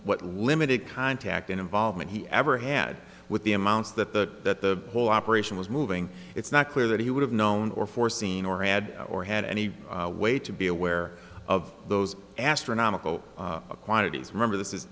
what limited contact in involvement he ever had with the amounts that the that the whole operation was moving it's not clear that he would have known or foreseen or had or had any way to be aware of those astronomical quantities remember this is